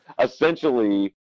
Essentially